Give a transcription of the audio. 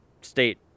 State